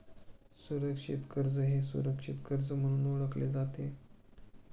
सुरक्षित कर्ज हे सुरक्षित कर्ज म्हणून ओळखले जाते